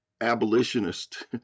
abolitionist